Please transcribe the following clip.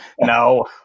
No